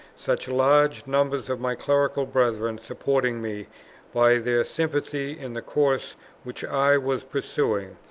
such large numbers of my clerical brethren supporting me by their sympathy in the course which i was pursuing,